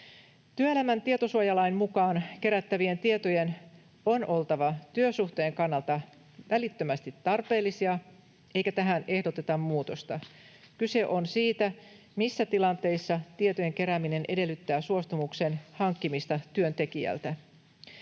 Työelämän tietosuojalain mukaan kerättävien tietojen on oltava työsuhteen kannalta välittömästi tarpeellisia, eikä tähän ehdoteta muutosta. Kyse on siitä, missä tilanteissa tietojen kerääminen edellyttää suostumuksen hankkimista työntekijältä.